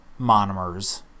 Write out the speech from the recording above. monomers